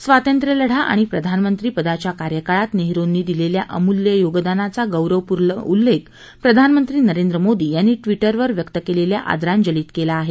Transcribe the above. स्वातंत्र्यलढा आणि प्रधानमंत्री पदाच्या कार्यकाळात नेहरुंनी दिलेल्या अमूल्य योगदानाचा गौरवपूर्ण उल्लेख प्रधानमंत्री नरेंद्र मोदी यांनी ट्विटरवर व्यक्त केलेल्या आदरांजलीत केला आहे